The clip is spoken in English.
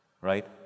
right